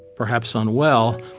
perhaps unwell.